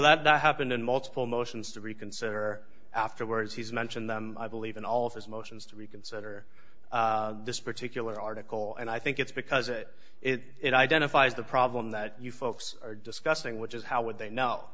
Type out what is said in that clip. that happened in multiple motions to reconsider afterwards he's mentioned i believe in all of his motions to reconsider this particular article and i think it's because it it identifies the problem that you folks are discussing which is how would they know